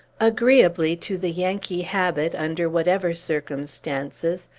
agreeably to the yankee habit, under whatever circumstances,